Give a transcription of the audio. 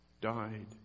died